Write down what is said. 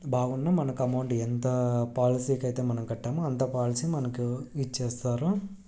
బాగున్న మనకు అమౌంట్ ఎంత పాలసీకైతే మనం కట్టామో అంత పాలసీ మనకు ఇచ్చేస్తారు